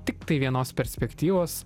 tiktai vienos perspektyvos